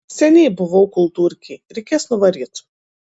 seniai buvau kultūrkėj reikės nuvaryt